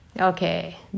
Okay